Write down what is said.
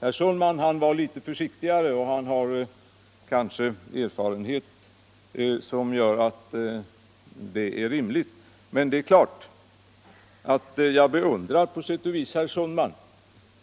Herr Sundman var litet försiktigare, och han har kanske erfarenhet som gör det befogat. Men jag beundrar på sätt och vis herr Sundman